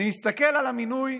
אני מסתכל על המינוי